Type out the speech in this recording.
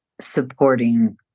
supporting